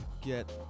get